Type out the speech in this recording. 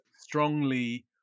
strongly